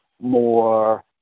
more